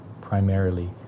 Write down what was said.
primarily